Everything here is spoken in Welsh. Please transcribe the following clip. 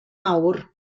awr